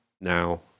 Now